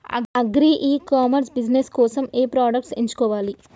Agri e commerce business కోసము ఏ products ఎంచుకోవాలి?